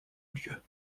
lieu